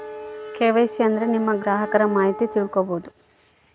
KYC ಅಂದ್ರೆ ನಿಮ್ಮ ಗ್ರಾಹಕರ ಮಾಹಿತಿ ತಿಳ್ಕೊಮ್ಬೋದು